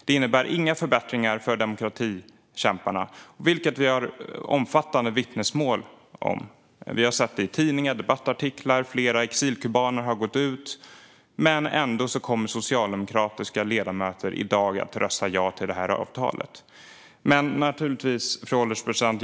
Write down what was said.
Det innebär inga förbättringar för demokratikämparna, vars situation vi har omfattande vittnesmål om. Vi har sett det i tidningar och debattartiklar. Flera exilkubaner har gått ut med det. Ändå kommer socialdemokratiska ledamöter i dag att rösta ja till avtalet. Fru ålderspresident!